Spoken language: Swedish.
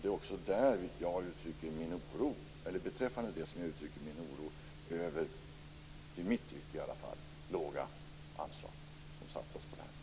Det är också därför som jag uttrycker min oro över det i mitt tycke låga anslag som satsas på detta.